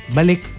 Balik